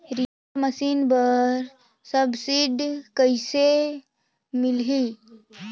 Reaper machine बर subsidy कइसे मिलही?